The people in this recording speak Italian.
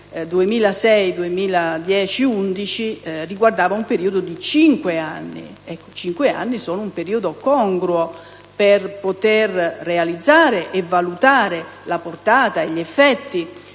2006-2011, riguardava un periodo di cinque anni. Cinque anni sono un periodo congruo per poter realizzare e valutare la portata e gli effetti